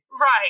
Right